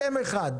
שם אחד.